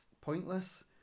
pointless